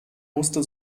musste